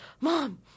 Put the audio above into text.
Mom